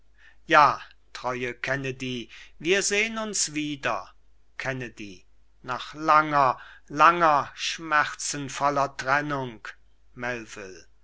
ja treue kennedy wir sehn uns wieder kennedy nach langer langer schmerzenvoller trennung